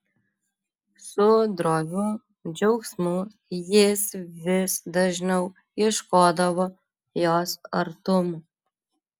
su droviu džiaugsmu jis vis dažniau ieškodavo jos artumo